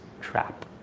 trap